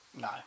No